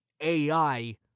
AI